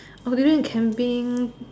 or people in camping